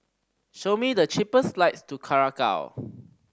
show me the cheapest flights to Curacao